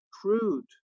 crude